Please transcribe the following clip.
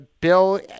Bill